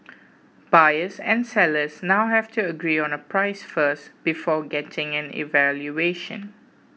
buyers and sellers now have to agree on a price first before getting an evaluation